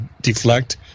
deflect